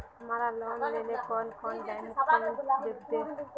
हमरा लोन लेले कौन कौन डॉक्यूमेंट लगते?